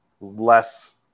less